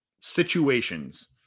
situations